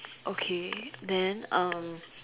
okay then um